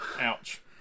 Ouch